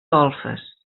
golfes